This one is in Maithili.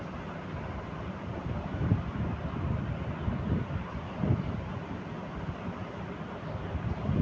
मछली पकड़ै मे जाल रो भी इस्तेमाल करलो जाय छै